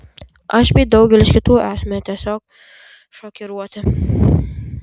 aš bei daugelis kitų esame tiesiog šokiruoti